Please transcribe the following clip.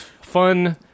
fun